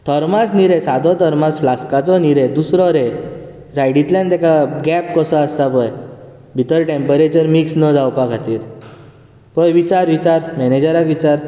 thermos न्ही रे सादो थर्मास फ्लास्काचो न्ही रे दुसरो रे सायडीकतल्यान तेका गैप कसो आसता पळय भितर टेम्परेचर मिक्स न जावपा खातीर पळय विचार विचार मॅनेजराक विचार